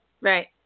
Right